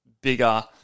bigger